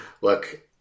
look